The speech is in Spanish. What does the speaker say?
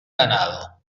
ganado